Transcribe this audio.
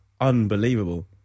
Unbelievable